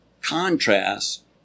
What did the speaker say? contrast